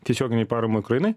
tiesioginei paramai ukrainai